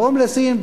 הומלסים,